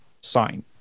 sign